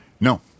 No